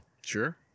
Sure